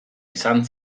izan